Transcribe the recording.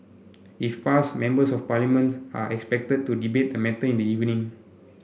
if passed Members of Parliament are expected to debate the matter in the evening